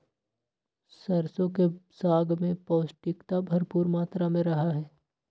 सरसों के साग में पौष्टिकता भरपुर मात्रा में रहा हई